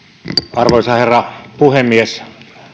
arvoisa herra puhemies